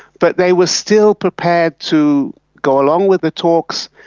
but they were still prepared to go along with the talks.